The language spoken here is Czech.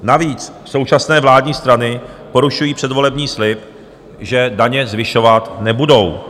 Navíc současné vládní strany porušují předvolební slib, že daně zvyšovat nebudou.